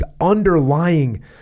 underlying